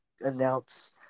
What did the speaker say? announce